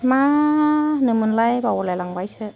मा हानोमोनलाय बाउलाय लांबायसो